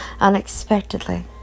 unexpectedly